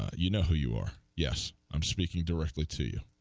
you know who you are yes am speaking directly to